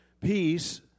peace